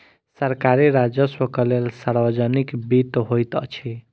सरकारी राजस्वक लेल सार्वजनिक वित्त होइत अछि